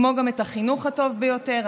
כמו גם את החינוך הטוב ביותר,